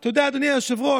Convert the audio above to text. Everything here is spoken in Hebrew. אתה יודע, אדוני היושב-ראש,